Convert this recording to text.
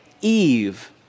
Eve